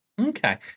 Okay